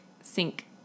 sink